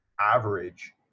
average